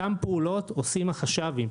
אותן פעולות עושים החש"בים,